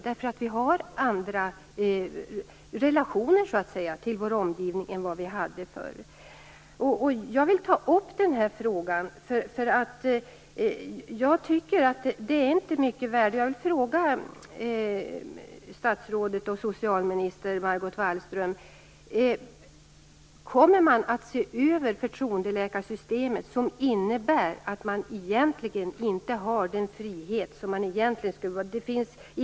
Vi har nämligen andra relationer till vår omgivning än vi hade förr. Jag vill ta upp den här frågan, och fråga statsrådet och socialminister Margot Wallström om regeringen kommer att se över förtroendeläkarsystemet. Detta system innebär ju att patienterna inte har den frihet de egentligen borde ha.